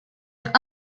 être